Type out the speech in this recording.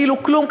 כאילו כלום,